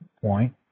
point